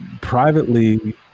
privately